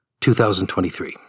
2023